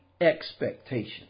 expectation